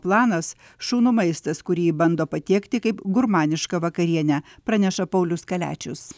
planas šunų maistas kurį ji bando patiekti kaip gurmanišką vakarienę praneša paulius kaliačius